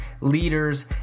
leaders